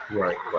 right